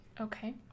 Okay